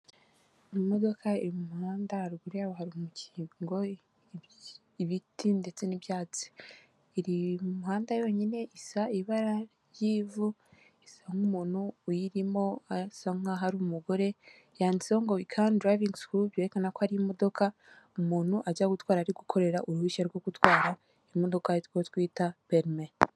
Iimodoka iri mu muhanda haruguru yaho hari umukingo ibiti ndetse n'ibyatsi, iri mu muhanda yonyine isa ibara ry'ivu, isa nk'umuntu uyirimo asa nk'aho ari umugore yanditseho ngo wicani darayivingi sikuru yerekana ko ari imodoka umuntu ajya gutwara ari gukorera uruhushya rwo gutwara imodoka arirwo twita perime.